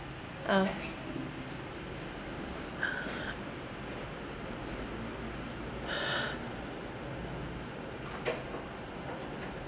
uh